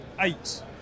eight